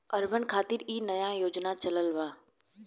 urban खातिर इ नया योजना चलल बा